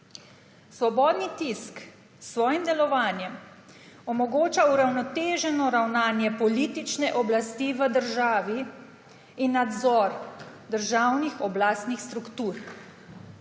Svobodni tisk s svojim delovanjem omogoča uravnoteženo ravnanje politične oblasti v državi in nadzor državnih oblastnih struktur.